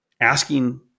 asking